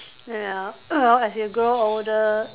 ya well as you grow older